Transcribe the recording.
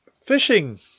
Fishing